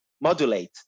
modulate